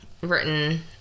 written